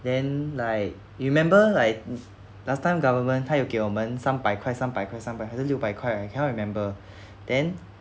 then like you remember like last time government 他有给我们三百块三百块三百还是六百块 I cannot remember then